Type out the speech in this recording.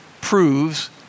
proves